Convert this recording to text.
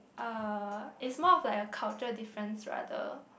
uh it's more of like a cultural difference rather